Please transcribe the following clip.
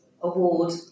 award